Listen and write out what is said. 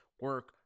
Work